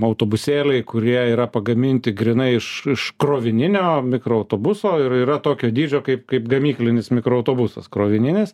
autobusėliai kurie yra pagaminti grynai iš iš krovininio mikroautobuso ir yra tokio dydžio kaip kaip gamyklinis mikroautobusas krovininis